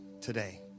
today